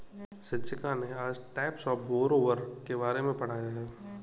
शिक्षिका ने आज टाइप्स ऑफ़ बोरोवर के बारे में पढ़ाया है